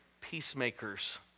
peacemakers